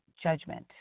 judgment